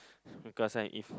because I if